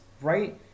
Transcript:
right